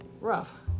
rough